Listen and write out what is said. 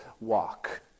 walk